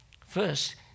First